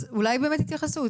אז אולי באמת התייחסות.